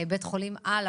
בית חולים-על,